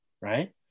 right